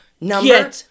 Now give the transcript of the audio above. number